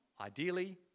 Ideally